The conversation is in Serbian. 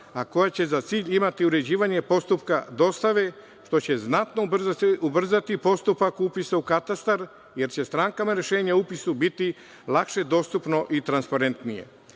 a koja će za cilj imati uređivanje postupka dostave što će znatno ubrzati postupak upisa u katastar jer će strankama rešenje o upisu biti lakše dostupno i transparentnije. Dakle,